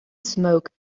smoke